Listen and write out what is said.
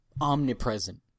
omnipresent